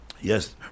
yes